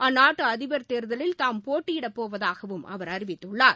அந்நாட்டு அதிபர் தேர்தலில் தாம் போட்டியிடப் போவதாகவும் அவர் அறிவித்துள்ளார்